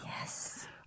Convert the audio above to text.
Yes